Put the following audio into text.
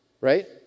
right